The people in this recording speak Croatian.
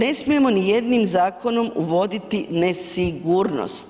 Ne smijemo nijednim zakonom uvoditi nesigurnost.